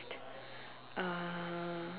uh